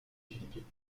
philippines